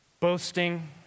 Boasting